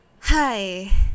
Hi